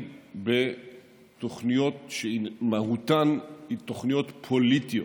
בתוכניות שבמהותן הן תוכניות פוליטיות,